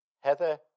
Heather